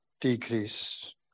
decrease